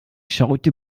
schaute